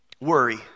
Worry